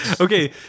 okay